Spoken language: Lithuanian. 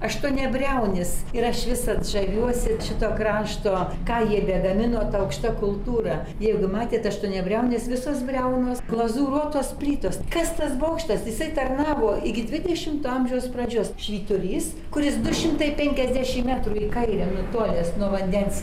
aštuoniabriaunis ir aš visad žaviuosi šito krašto ką jie begamino ta aukšta kultūra jeigu matėt aštuoniabriaunis visos briaunos glazūruotos plytos kas tas bokštas jisai tarnavo iki dvidešimto amžiaus pradžios švyturys kuris du šimtai penkiasdešim metrų į kairę nutolęs nuo vandens